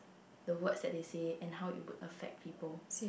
the words that they say and how it would affect people